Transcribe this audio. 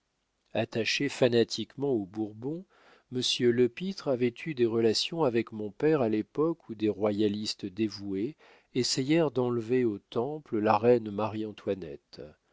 attaché fanatiquement aux bourbons monsieur lepître avait eu des relations avec mon père à l'époque où des royalistes dévoués essayèrent d'enlever au temple la reine marie-antoinette